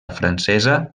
francesa